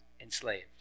enslaved